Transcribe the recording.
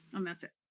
and that's it.